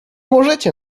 możecie